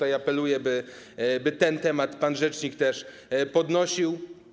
Apeluję, by, by ten temat pan rzecznik też podnosił.